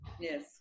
yes